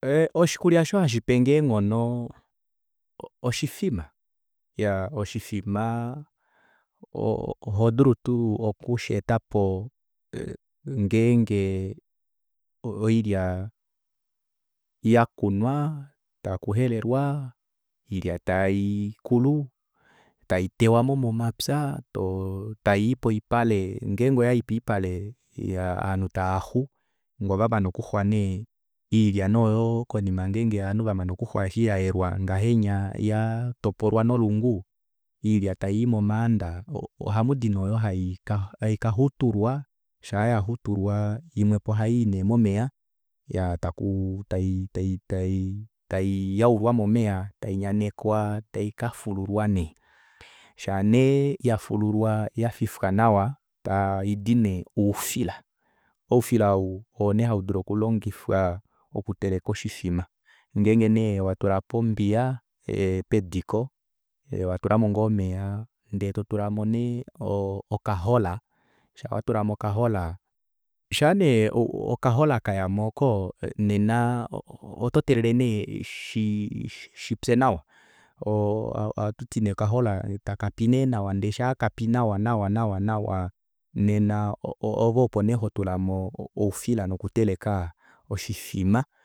Oshikulya aasho hashipenge eenghono oshifima iyaa oshifima oo ohodulu tuu okusheetapo ngenge oilya yakunwa takuhelelwa oilya taikulu taitewamo momapya tayii poipale ngenge oyayi poipale ovanhu tavaxu ngee ovamane okuxwa nee oilya nee konima eshi ovanhu vamana okuxwa oilya yatopolwa nolungu iiya tayii momanda ohamudi nee oyo haikaxutulwa shaa yaxutulwa imwepo ohayii nee momeva taku tai- tai- taiyaulwa momeva tainyanekwa taikafululwa nee shaanee yafululwa yafifwa nawa taidi nee oufila oufila ou oonee haudulu okulongifwa okuteleka oshifima ngenge nee watulapo ombiya pediko watulamo ngoo omeva ndee totulamo nee okahola shaa nee okahola kayamo oko nena ototeelele nee shipye nawa ohatuti nee okahola takapi nee nawa ndeshaa kapi nawa nawa nawa nena ove opo nee hotulamo oufila nokuteleka oshifima